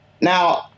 Now